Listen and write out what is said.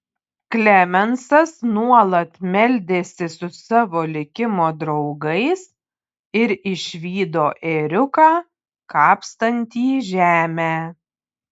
klemensas nuolat meldėsi su savo likimo draugais ir išvydo ėriuką kapstantį žemę